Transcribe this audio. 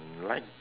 mm light